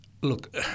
look